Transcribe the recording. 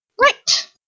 Right